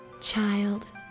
Child